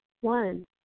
One